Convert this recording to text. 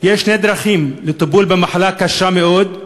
יש שתי דרכים לטיפול במחלה קשה מאוד: